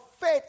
faith